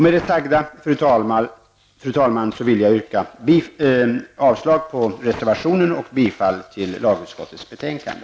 Med det sagda, fru talman, vill jag yrka avslag på reservationen och bifall till utskottets hemställan i lagutskottets betänkande.